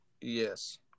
Yes